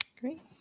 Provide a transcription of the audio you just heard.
Great